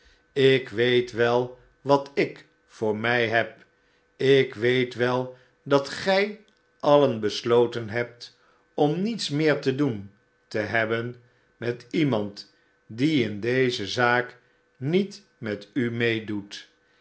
ik weet wel wat ik voor mij heb ik weet wel dat gij alien besloten he'bt om niets meer te doen te hebben met iemand die in deze zaak niet met u meedoet